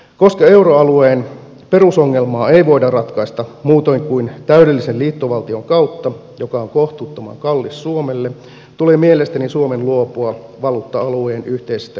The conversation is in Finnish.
koska euroalueen perusongelmaa ei voida ratkaista muutoin kuin täydellisen liittovaltion kautta joka on kohtuuttoman kallis suomelle tulee mielestäni suomen luopua valuutta alueen yhteisestä eurosta